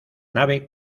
nave